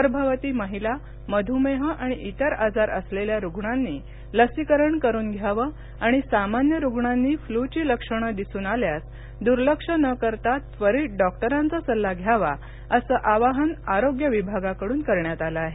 गर्भवती महिला मध्मेह आणि इतर आजार असलेल्या रुग्णांनी लसीकरण करुन घ्यावे आणि सामान्य रुग्णांनी फ्लूची लक्षणे दिसून आल्यास दुर्लक्ष न करता त्वरित डॉक्टरांचा सल्ला घ्यावा असं आवाहन आरोग्य विभागाकडून करण्यात आले आहे